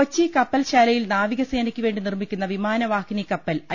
കൊച്ചി കപ്പൽശാലയിൽ നാവികസേനയ്ക്കുവേണ്ടി നിർമ്മിക്കുന്ന വിമാനവാഹിനി കപ്പൽ ഐ